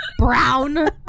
Brown